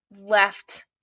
left